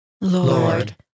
Lord